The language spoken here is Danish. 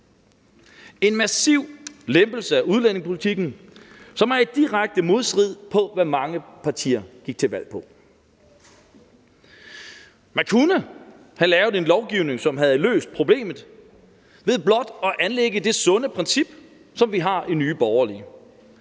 en massiv lempelse af udlændingepolitikken, som er i direkte modstrid med, hvad mange partier gik til valg på. Man kunne have lavet en lovgivning, som havde løst problemet, ved blot at anlægge det sunde princip, som vi har i Nye Borgerlige,